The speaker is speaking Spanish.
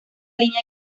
línea